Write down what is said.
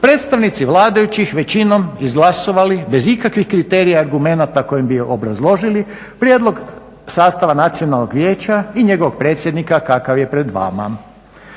predstavnici vladajućih većinom izglasovali bez ikakvih kriterija i argumenata kojim bi obrazložili prijedlog sastava Nacionalnog vijeća i njegovog predsjednika kakav je pred vama.